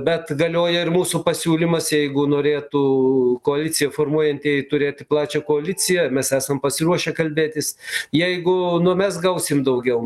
bet galioja ir mūsų pasiūlymas jeigu norėtų koaliciją formuojantieji turėti plačią koaliciją mes esam pasiruošę kalbėtis jeigu nu mes gausim daugiau